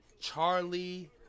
Charlie